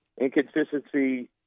Inconsistency